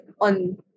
on